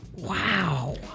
Wow